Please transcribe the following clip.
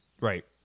right